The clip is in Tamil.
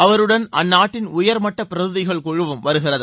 அவருடன் அந்நாட்டின் உயர்மட்ட் பிரதிநிதிகள் குழுவும் வருகிறது